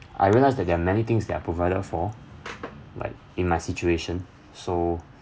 I realise that there are many things that are provided for like in my situation so